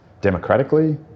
democratically